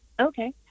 Okay